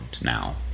now